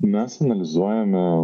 mes analizuojame